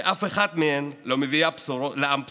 שאף אחת מהן לא מביאה לעם בשורות.